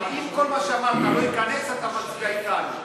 אבל אם כל מה שאמרת לא ייכנס, אתה מצביע אתנו.